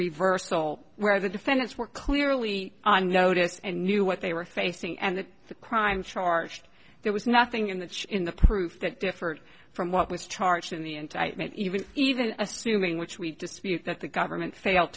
reversal where the defendants were clearly on notice and knew what they were facing and that the crime charged there was nothing in the in the proof that differed from what with the charge in the indictment even even assuming which we dispute that the government failed